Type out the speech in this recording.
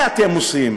מה אתם עושים?